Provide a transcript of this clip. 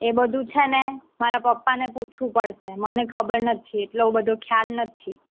એ બધું છે ને મારા પપ્પાને પૂછવું પડશે મને ખબર નથી એટલો બધો ખ્યાલ નથી